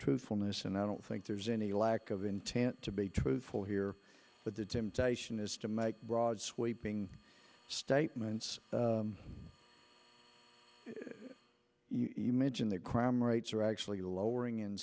truthfulness and i don't think there's any lack of intent to be truthful here but the temptation is to make broad sweeping statements you mention the crime rates are actually lowering in